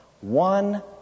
One